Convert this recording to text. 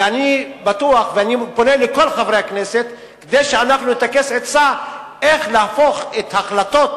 ואני פונה לכל חברי הכנסת כדי שאנחנו נטכס עצה איך להפוך את החלטות